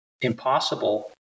impossible